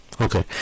Okay